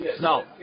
no